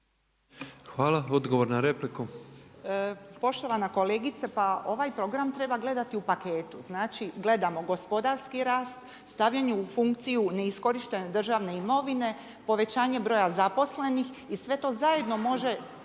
Branka (HDZ)** Poštovana kolegice, pa ovaj program treba gledati u paketu. Znači gledamo gospodarski rast, stavljanje u funkciju neiskorištene državne imovine, povećanje broja zaposlenih i sve to zajedno može